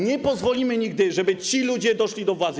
Nie pozwolimy nigdy, żeby ci ludzie doszli do władzy.